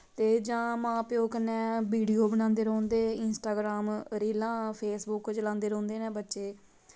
ते जां मा प्यो कन्नै विडियो बनांदे रौंह्दे इन्सटॉग्राम रील्लां फेसबुक चलांदे रौंह्दे नै बच्चे